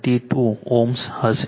72 Ω હશે